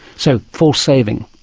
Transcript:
so, false saving.